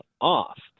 off